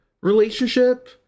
relationship